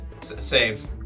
save